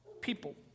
people